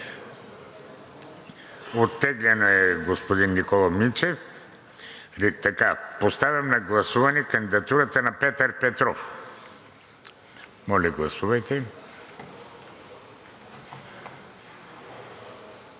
на господин Никола Минчев. Поставям на гласуване кандидатурата на Петър Петров. Моля, гласувайте.